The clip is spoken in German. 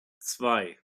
zwei